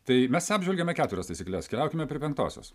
tai mes apžvelgėme keturias taisykles keliaukime prie penktosios